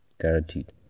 guaranteed